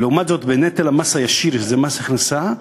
ולעומת זאת, בנטל המס הישיר, שזה מס הכנסה,